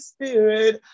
Spirit